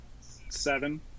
seven